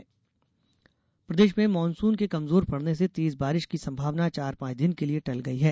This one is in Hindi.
मौसम प्रदेश में मानसून के कमजोर पड़ने से तेज बारिश की संभावना चार पांच दिन के लिए टल गई है